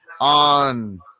on